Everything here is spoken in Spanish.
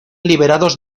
liberados